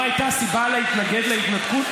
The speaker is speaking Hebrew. מה הייתה הסיבה להתנגד להתנתקות?